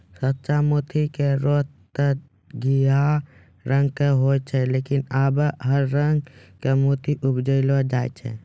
सच्चा मोती के रंग तॅ घीयाहा रंग के होय छै लेकिन आबॅ हर रंग के मोती उपजैलो जाय छै